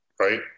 right